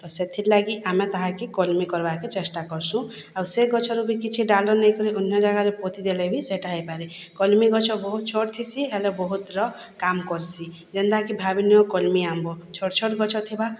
ତ ସେଥିର୍ଲାଗି ଆମେ ତାହାକେ କଲ୍ମି କର୍ବାକେ ଚେଷ୍ଟା କର୍ସୁଁ ଆଉ ସେ ଗଛର ବି କିଛିଟା ଡ଼ାଲ ନେଇକରି ଅନ୍ୟ ଜାଗାରେ ପୋତି ଦେଲେ ବି ସେଇଟା ହେଇପାରେ କଲିମି ଗଛ ବହୁତ୍ ଛୋଟ୍ ଥିସି ହେଲେ ବହୁତ୍ର କାମ୍ କର୍ସି ଯେନ୍ତାକି ଭାବିନିଅ କଲ୍ମି ଆମ୍ବ ଛୋଟ୍ ଛୋଟ୍ ଗଛ ଥିବା